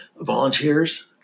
volunteers